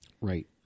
right